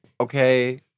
okay